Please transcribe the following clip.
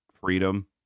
freedom